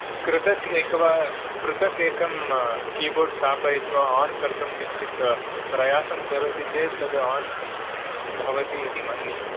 पृथक् एकवार पृथक् एकम् की बोर्ड् स्थापयित्वा आन् कर्तुं किञ्चित् प्रयासं करोति चेत् तत् आन् भवति इति मन्ये